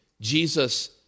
Jesus